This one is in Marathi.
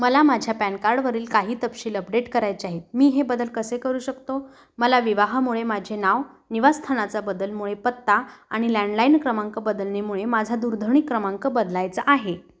मला माझ्या पॅन कार्डवरील काही तपशील अपडेट करायचे आहेत मी हे बदल कसे करू शकतो मला विवाहामुळे माझे नाव निवासस्थानाच्या बदलामुळे पत्ता आणि लँडलाईन क्रमांक बदलण्यामुळे माझा दूरध्वनी क्रमांक बदलायचा आहे